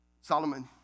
Solomon